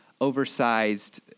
oversized